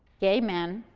gay men,